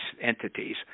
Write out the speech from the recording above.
entities